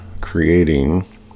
creating